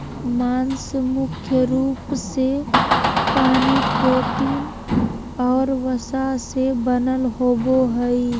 मांस मुख्य रूप से पानी, प्रोटीन और वसा से बनल होबो हइ